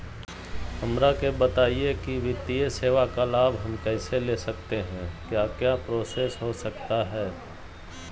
हमरा के बताइए की वित्तीय सेवा का लाभ हम कैसे ले सकते हैं क्या क्या प्रोसेस हो सकता है?